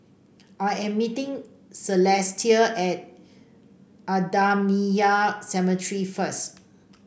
I am meeting Celestia at Ahmadiyya Cemetery first